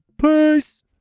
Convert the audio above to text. Peace